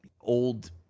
old